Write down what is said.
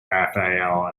raphael